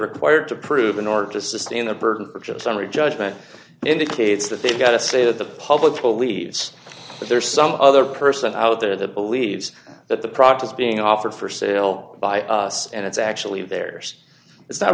required to prove in order to sustain the burden for just summary judgment indicates that they've got to say that the public will leaves but there's some other person out there that believes that the product is being offered for sale by us and it's actually theirs it's not